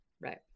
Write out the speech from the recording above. Right